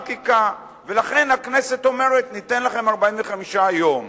ולכן הכנסת אומרת: ניתן לכם 45 יום.